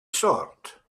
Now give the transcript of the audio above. sort